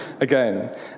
again